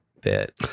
bit